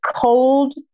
cold